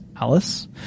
Alice